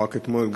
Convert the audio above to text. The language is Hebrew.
לא רק אתמול,